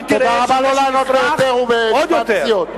ותראה שהמשק יפרח עוד יותר.